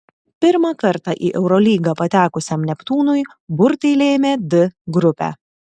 pirmą kartą į eurolygą patekusiam neptūnui burtai lėmė d grupę